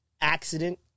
Accident